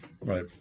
right